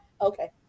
Okay